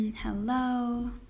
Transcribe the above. Hello